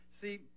see